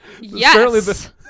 yes